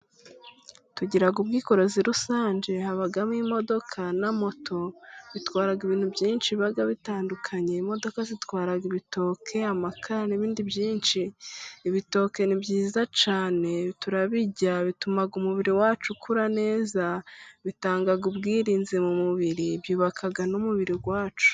Tugira ubwikorezi rusange ,habamo imodoka na moto bitwara ibintu byinshi biba bitandukanye ,imodoka zitwara, ibitoke ,amakara n'ibindi byinshi. Ibitoke ni byiza cyane, turarya, bituma umubiri wacu ukura neza, bitanga ubwirinzi mu mubiri ,byubaka n'umubiri wacu.